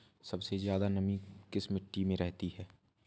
सबसे ज्यादा नमी किस मिट्टी में रहती है?